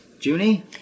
Junie